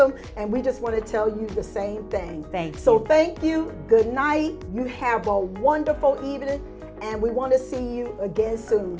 them and we just want to tell you the same thing thank so thank you good night you have a wonderful evening and we want to see you again soon